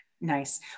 nice